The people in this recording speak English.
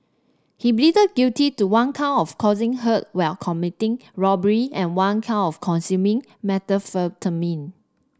he pleaded guilty to one count of causing hurt while committing robbery and one count of consuming methamphetamine